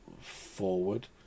forward